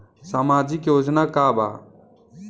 सामाजिक योजना का बा?